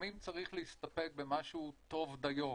לפעמים צריך להסתפק במשהו טוב דיו.